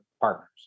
partners